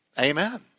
Amen